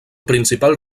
principal